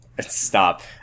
Stop